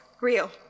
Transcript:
real